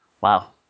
Wow